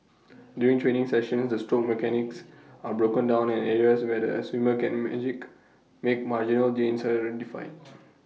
during training sessions the stroke mechanics are broken down and areas where the swimmer can magic make marginal gains are identified